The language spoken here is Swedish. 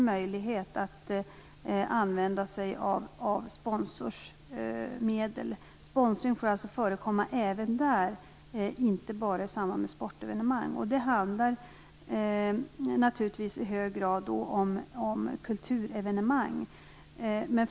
Sponsring får förekomma även där, inte bara i samband med sportevenemang. Det handlar i hög grad om kulturevenemang.